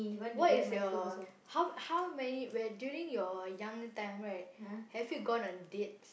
what is your how how many where during your young time right have you gone on dates